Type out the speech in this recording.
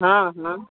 हँ हँ